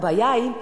הבעיה היא,